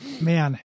man